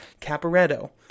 Caporetto